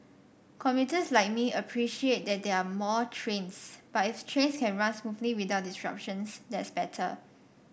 commuters like me appreciate that there are more trains but if trains can run smoothly without disruptions that's better